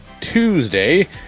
tuesday